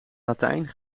latijn